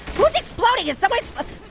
who's exploding, is someone exploding?